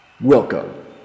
Welcome